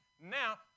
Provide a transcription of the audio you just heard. Now